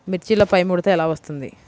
మిర్చిలో పైముడత ఎలా వస్తుంది?